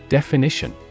Definition